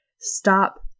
stop